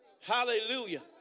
Hallelujah